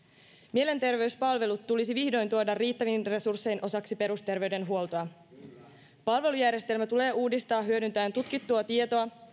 mielenterveyspalvelut tulisi vihdoin tuoda riittävin resurssein osaksi perusterveydenhuoltoa palvelujärjestelmä tulee uudistaa hyödyntäen tutkittua tietoa